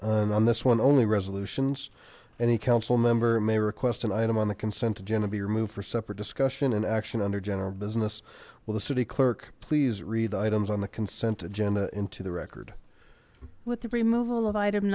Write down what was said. and on this one only resolutions any council member may request an item on the consent agenda be removed for separate discussion and action under general business well the city clerk please read items on the consent agenda into the record with the removal of item